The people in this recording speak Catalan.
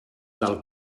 del